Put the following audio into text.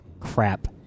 crap